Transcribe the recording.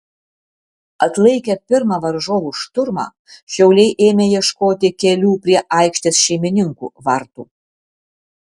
atlaikę pirmą varžovų šturmą šiauliai ėmė ieškoti kelių prie aikštės šeimininkų vartų